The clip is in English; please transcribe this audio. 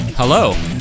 Hello